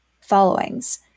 followings